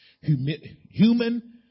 human